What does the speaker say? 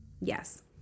Yes